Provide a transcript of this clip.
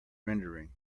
rendering